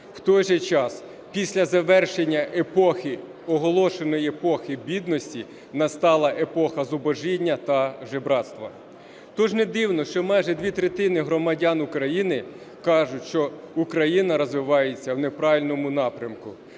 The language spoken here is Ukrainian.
У той же час після завершення епохи, оголошеної "епохи бідності", настала епоха зубожіння та жебрацтва. То ж не дивно, що майже дві третини громадян України кажуть, що Україна розвивається в неправильному напрямку.